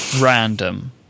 random